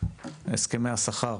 הסכמי השכר,